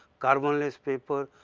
carbonless paper,